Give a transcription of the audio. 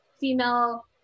female